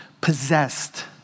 possessed